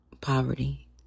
poverty